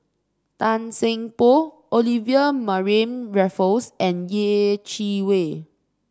Tan Seng Poh Olivia Mariamne Raffles and Yeh Chi Wei